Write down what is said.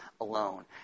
alone